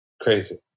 Crazy